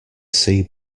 see